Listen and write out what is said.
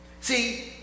See